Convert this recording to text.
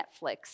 Netflix